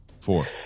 Four